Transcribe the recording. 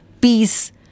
peace